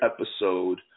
episode